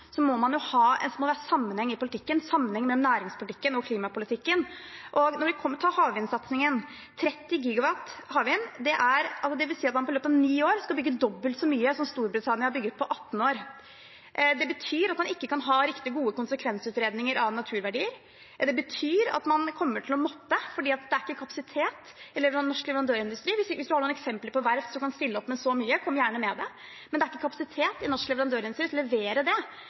må man ha sammenheng i politikken, sammenheng i næringspolitikken og klimapolitikken. Når det gjelder havvindsatsingen på 30 GW havvind, vil det si at man i løpet av ni år skal bygge dobbelt så mye som Storbritannia har bygget på 18 år. Det betyr at man ikke kan ha riktig gode konsekvensutredninger av naturverdier. Det betyr at det ikke er kapasitet i den norske leverandørindustrien. Hvis det finnes eksempler på verft som kan stille opp med så mye, så kom gjerne med det, men det er ikke kapasitet i norsk leverandørindustri til å levere. Vi må ha en troverdig tilnærming om vi skal bygge opp og omstille norsk økonomi. Det